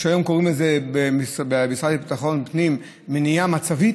מה שהיום קוראים לו במשרד לביטחון פנים "מניעה מצבית",